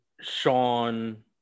Sean